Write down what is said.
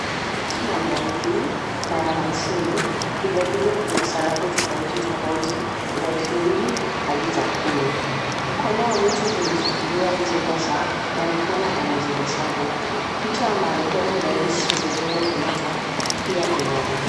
Kuna noti ya mia mbili na ya hamsini vilevile kuna sarafu tofauti tofauti za ishirini hadi za kumi. Mkono wa mtu imeshikilia hizo pesa na ni kama anazihesabu. Picha ya marehemu Rais mzee Jomo Kenyatta pia inaonekana.